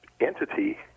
entity